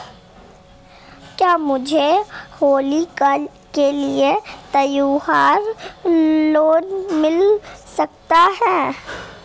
क्या मुझे होली के लिए त्यौहार लोंन मिल सकता है?